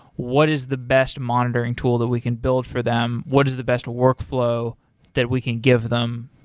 what is the best monitoring tool that we can build for them. what is the best workflow that we can give them.